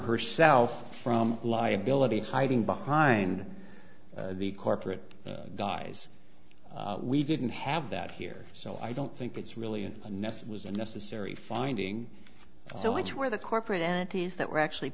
herself from liability hiding behind the corporate guys we didn't have that here so i don't think it's really in the nest was a necessary finding so much where the corporate entities that were actually